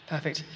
Perfect